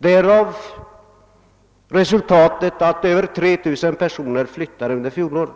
med resultat att över 3 000 personer flyttade under fjolåret.